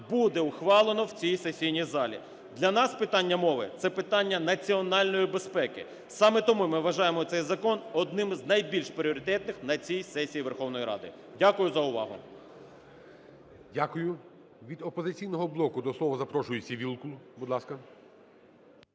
буде ухвалено в цій сесійній залі. Для нас питання мови – це питання національної безпеки. Саме тому ми вважаємо цей закон одним з найбільш пріоритетних на цій сесії Верховної Ради. Дякую за увагу. ГОЛОВУЮЧИЙ. Дякую. Від "Опозиційного блоку" до слова запрошуєтьсяВілкул.